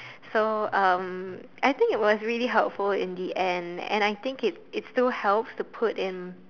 so um I think it was really helpful in the end and I think it it still helps to put in